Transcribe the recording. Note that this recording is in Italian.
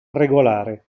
regolare